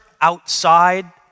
outside